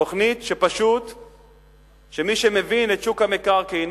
תוכנית שמי שמבין את שוק המקרקעין,